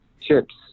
chips